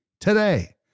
today